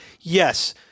yes